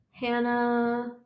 Hannah